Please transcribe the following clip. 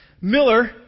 Miller